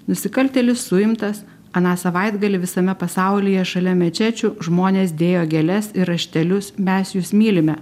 nusikaltėlis suimtas aną savaitgalį visame pasaulyje šalia mečečių žmonės dėjo gėles ir raštelius mes jus mylime